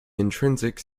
intrinsic